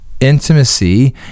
intimacy